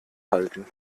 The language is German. halten